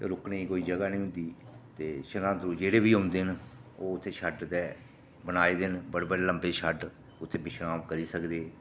ते रुकने दी कोई जगह निं होंदी जेह्ड़े बी होंदे न ओह् इत्थै बनाए दे न बड्डे बड्डे लम्बे शैड उत्थै विश्राम करी सकदे